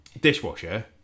dishwasher